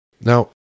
Now